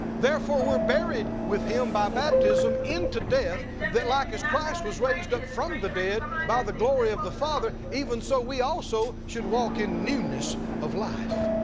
therefore we are buried with him by baptism into death that like as christ was raised up from the dead by the glory of the father, even so we also should walk in newness of life.